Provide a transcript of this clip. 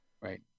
Right